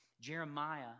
Jeremiah